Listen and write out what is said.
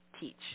teach